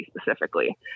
specifically